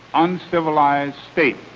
uncivilized state.